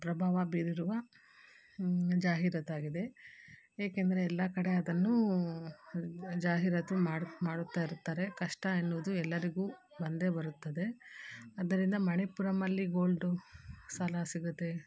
ಪ್ರಭಾವ ಬೀರಿರುವ ಜಾಹೀರಾತಾಗಿದೆ ಏಕೆಂದರೆ ಎಲ್ಲ ಕಡೆ ಅದನ್ನು ಜಾಹೀರಾತು ಮಾಡು ಮಾಡುತ್ತಾಯಿರುತ್ತಾರೆ ಕಷ್ಟ ಎನ್ನುದು ಎಲ್ಲರಿಗೂ ಬಂದೇ ಬರುತ್ತದೆ ಅದರಿಂದ ಮಣಿಪುರಮ್ ಅಲ್ಲಿ ಗೋಲ್ಡು ಸಾಲ ಸಿಗುತ್ತೆ